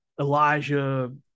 Elijah